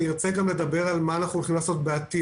אני ארצה גם לדבר על מה אנחנו הולכים לעשות בעתיד,